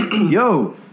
yo